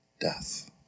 death